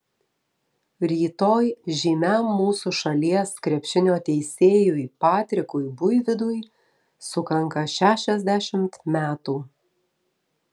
rytoj žymiam mūsų šalies krepšinio teisėjui patrikui buivydui sukanka šešiasdešimt metų